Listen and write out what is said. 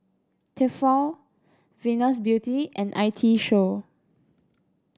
Tefal Venus Beauty and I T Show